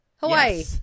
Hawaii